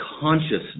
consciousness